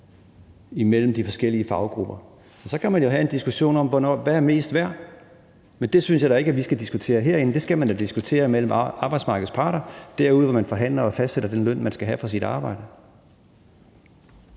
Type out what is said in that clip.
imellem de forskellige faggrupper. Så kan man have en diskussion om, hvad der er mest værd, men det synes jeg da ikke vi skal diskutere herinde. Det skal man da diskutere mellem arbejdsmarkedets parter, derude hvor man forhandler og fastsætter den løn, man skal have for sit arbejde.